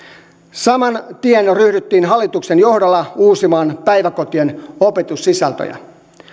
saman tien jo ryhdyttiin hallituksen johdolla uusimaan päiväkotien opetussisältöjä